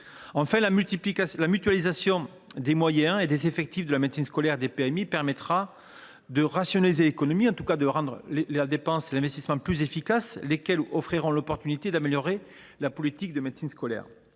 Enfin, la mutualisation des moyens et des effectifs de la médecine scolaire et des PMI permettra de réaliser des économies, ou à tout le moins de rendre la dépense et l’investissement plus efficaces, ce qui conduira à améliorer la politique de médecine scolaire.